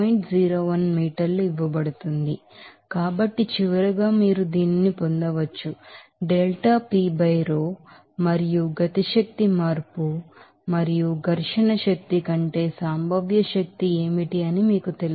01 మీటర్లు ఇవ్వబడుతుంది కాబట్టి చివరగా మీరు దీనిని పొందవచ్చు delta P by rho మరియు కైనెటిక్ ఎనెర్జిస్ చేంజ్ మరియు ఫ్రిక్షన్ ఎనర్జీ కంటే పొటెన్షియల్ ఎనెర్జి ఏమిటి అని మీకు తెలుసు